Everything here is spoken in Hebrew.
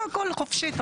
לא, חופשי.